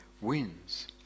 wins